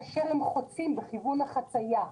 כאשר הם חוצים בכיוון החציה.